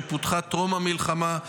שפותחה לפני המלחמה,